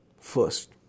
first